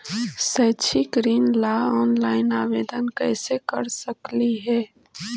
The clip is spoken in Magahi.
शैक्षिक ऋण ला ऑनलाइन आवेदन कैसे कर सकली हे?